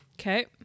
Okay